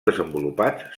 desenvolupats